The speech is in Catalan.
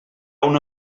una